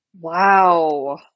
Wow